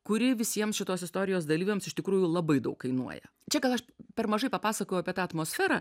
kuri visiems šitos istorijos dalyviams iš tikrųjų labai daug kainuoja čia gal aš per mažai papasakojau apie tą atmosferą